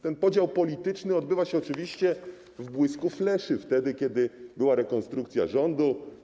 Ten podział polityczny odbywa się oczywiście w błysku fleszy, odbywał się wtedy, kiedy była rekonstrukcja rządu.